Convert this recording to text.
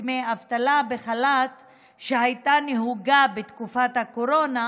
לדמי אבטלה בחל"ת שהייתה נהוגה בתקופת הקורונה,